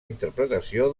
interpretació